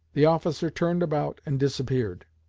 the officer turned about and disappeared,